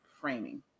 framing